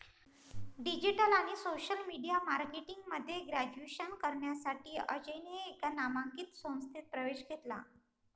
digital आणि social media marketing मध्ये graduation करण्यासाठी अजयने एका नामांकित संस्थेत प्रवेश घेतला